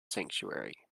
sanctuary